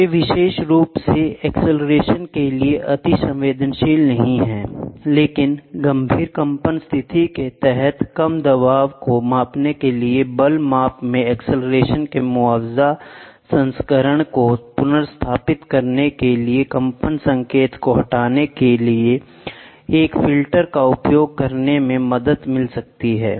वे विशेष रूप से एक्सीलरेशन के लिए अतिसंवेदनशील नहीं हैं लेकिन गंभीर कंपन स्थिति के तहत कम दबाव को मापने के लिए बल माप में एक्सीलरेशन के मुआवजा संस्करण को पुनर्स्थापित करने के लिए कंपन संकेत को हटाने के लिए एक फिल्टर का उपयोग करने में मदद मिल सकती है